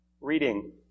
reading